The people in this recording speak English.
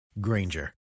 Granger